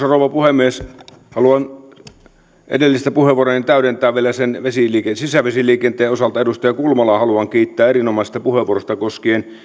rouva puhemies haluan edellistä puheenvuoroani täydentää vielä sisävesiliikenteen osalta edustaja kulmalaa haluan kiittää erinomaisesta puheenvuorosta koskien